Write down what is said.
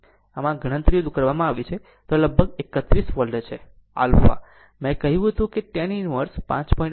આમ આમ જ આ ગણતરીઓ કરવામાં આવી છે આ લગભગ 31 વોલ્ટ છે આલ્ફા મેં કહ્યું કે તે tan inverse 5